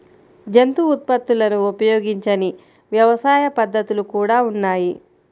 జంతు ఉత్పత్తులను ఉపయోగించని వ్యవసాయ పద్ధతులు కూడా ఉన్నాయి